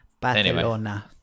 Barcelona